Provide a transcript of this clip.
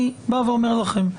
אני בא ואומר לכם,